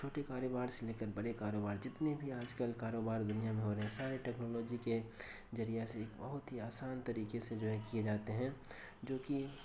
چھوٹے کاروبار سے لے کر بڑے کاروبار جتنے بھی آج کل کاروبار دنیا میں ہو رہے ہیں سارے ٹیکنالوجی کے ذریعہ سے ایک بہت ہی آسان طریقے سے جو ہے کیے جاتے ہیں جو کہ